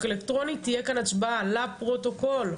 אלקטרוני תהיה כאן הצבעה לפרוטוקול,